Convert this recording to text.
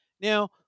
Now